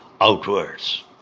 outwards